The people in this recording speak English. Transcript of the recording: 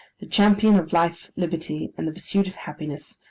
the champion of life, liberty, and the pursuit of happiness,